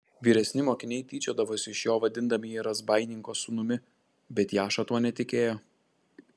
vyresni mokiniai tyčiodavosi iš jo vadindami jį razbaininko sūnumi bet jaša tuo netikėjo